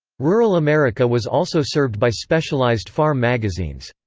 rural america was also served by specialized farm magazines.